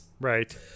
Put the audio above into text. Right